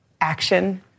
action